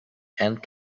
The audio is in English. and